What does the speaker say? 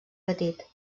petit